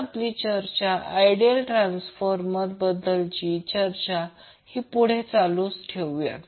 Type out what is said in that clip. आपण आपली ideal transformer बद्दलची चर्चा पुढे चालू ठेवू या